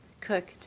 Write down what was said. Cooked